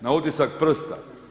Na otisak prsta?